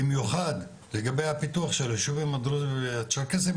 במיוחד לגבי הפיתוח של היישובים הדרוזים והצ'רקסים,